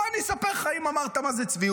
בוא, אם אמרת אני אספר לך מה זה צביעות.